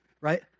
right